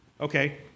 Okay